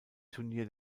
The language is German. turnier